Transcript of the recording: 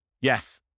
Yes